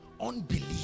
unbelief